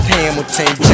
Hamilton